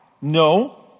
no